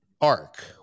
arc